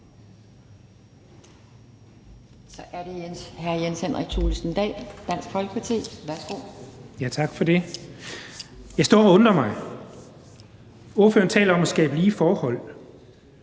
Jeg står og undrer mig. Ordføreren taler om at skabe lige forhold